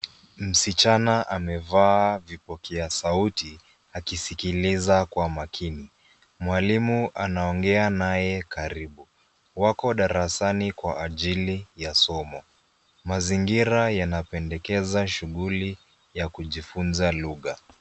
Msichana amevaa vipokea sauti akisikiliza kwa makini. Mwalimu anaongea naye karibu. Wako darasani kwa ajili ya somo. Mazingira yanapendekeza shughuli ya kujifunza lugha.